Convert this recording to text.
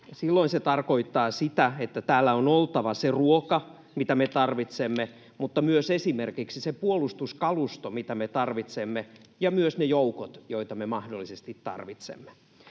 Silloin se tarkoittaa sitä, että täällä on oltava se ruoka, mitä me tarvitsemme, mutta myös esimerkiksi se puolustuskalusto, mitä me tarvitsemme, ja myös ne joukot, joita me mahdollisesti tarvitsemme.